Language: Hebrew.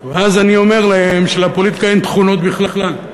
ואז אני אומר להם שלפוליטיקה אין תכונות בכלל.